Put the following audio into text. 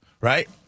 right